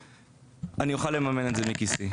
אני אוכל לממן את זה מכיסי.